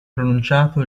pronunciato